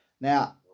Now